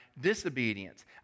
disobedience